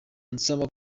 ansaba